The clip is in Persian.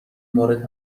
مورد